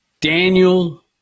Daniel –